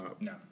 No